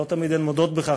לא תמיד הן מודות בכך,